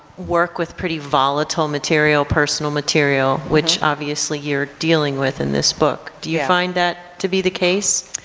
work with pretty volatile material, personal material, which obviously you're dealing with in this book. do you find that to be the case?